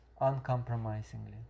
uncompromisingly